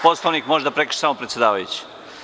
Poslovnik može da prekrši samo predsedavajući.